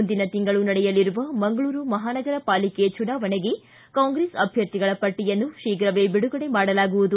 ಮುಂದಿನ ತಿಂಗಳು ನಡೆಯಲಿರುವ ಮಂಗಳೂರು ಮಹಾನಗರ ಪಾಲಿಕೆ ಚುನಾವಣೆಗೆ ಕಾಂಗ್ರೆಸ್ ಅಭ್ವರ್ಧಿಗಳ ಪಟ್ಟಿಯನ್ನು ಶೀಘವೇ ಬಿಡುಗಡೆ ಮಾಡಲಾಗುವುದು